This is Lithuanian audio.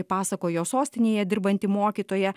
pasakojo sostinėje dirbanti mokytoja